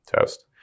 test